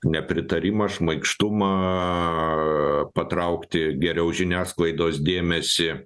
nepritarimą šmaikštumą patraukti geriau žiniasklaidos dėmesį